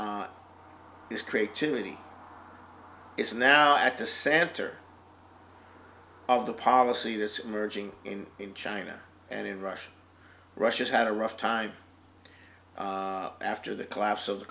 is creativity is now at the center of the policy that's emerging in in china and in russia russia's had a rough time after the collapse of